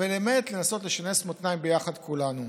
לנסות לשנס מותניים ביחד כולנו.